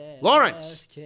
Lawrence